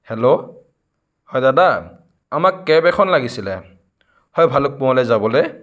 hello হয় দাদা অঁ আমাক কেব এখন লাগিছিলে হয় ভালুকপোংলৈ যাবলৈ